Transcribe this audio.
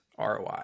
ROI